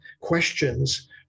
questions